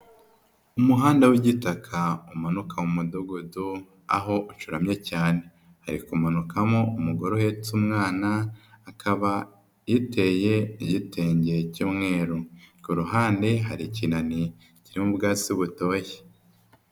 Umuhanda w'igitaka umanuka mu mudugudu, aho acuramye cyane. Hari kumanukamo umugore uhetse umwana, akaba yiteye igitenge cy'umweru. Ku ruhande hari ikinani kirimo ubwatsi butoshye.